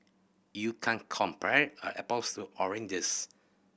you can't compare a apples to oranges